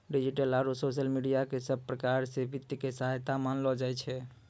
digital आरू social media क सब प्रकार स वित्त के सहायक मानलो जाय छै